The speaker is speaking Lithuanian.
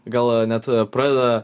gal net pradeda